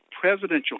presidential